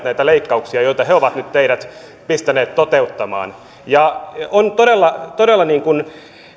näitä leikkauksia joita he ovat nyt teidät pistäneet toteuttamaan on todella todella